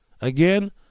Again